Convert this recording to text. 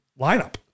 lineup